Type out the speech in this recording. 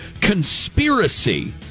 conspiracy